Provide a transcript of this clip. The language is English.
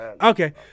okay